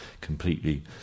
completely